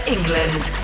England